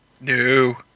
No